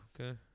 okay